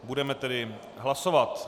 Budeme tedy hlasovat.